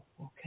okay